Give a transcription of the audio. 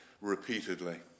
repeatedly